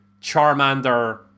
Charmander